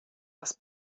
das